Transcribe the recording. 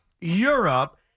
Europe